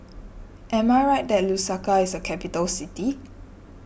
am I right that Lusaka is a capital city